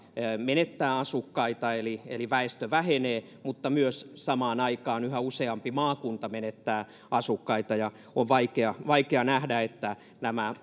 menettää asukkaita eli eli väestö vähenee mutta myös samaan aikaan yhä useampi maakunta menettää asukkaita ja on vaikea vaikea nähdä että nämä